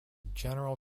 general